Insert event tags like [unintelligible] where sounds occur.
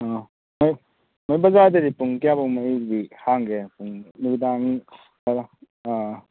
ꯑꯥ ꯍꯣꯏ ꯃꯣꯏ ꯕꯖꯥꯔꯗꯗꯤ ꯄꯨꯡ ꯀꯌꯥꯐꯥꯎꯉꯩꯗꯤ ꯍꯥꯡꯒꯦ ꯄꯨꯡ ꯅꯨꯃꯤꯗꯥꯡ [unintelligible] ꯑꯥ